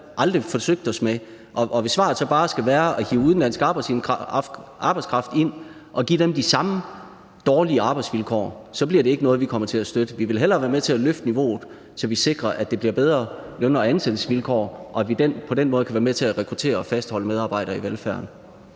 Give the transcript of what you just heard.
fald aldrig forsøgt os med. Og hvis svaret så bare skal være at hive udenlandsk arbejdskraft ind og give dem de samme dårlige arbejdsvilkår, så bliver det ikke noget, vi kommer til at støtte. Vi vil hellere være med til at løfte niveauet, så vi sikrer, at der bliver bedre løn- og ansættelsesvilkår, og at vi på den måde kan være med til at rekruttere og fastholde medarbejdere i velfærden.